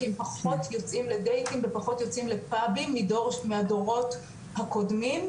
כי הם פחות יוצאים לדייטים ופחות יוצאים לפאבים מהדורות הקודמים,